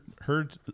heard